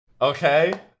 Okay